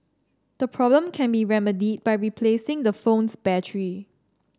the problem can be remedied by replacing the phone's battery